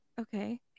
Okay